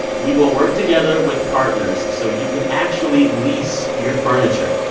we will work together with partners, so you can actually lease your furniture.